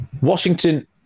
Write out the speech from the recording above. Washington